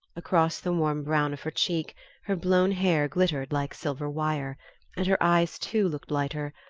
across the warm brown of her cheek her blown hair glittered like silver wire and her eyes too looked lighter,